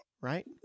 right